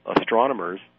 astronomers